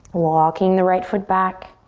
walking the right foot back.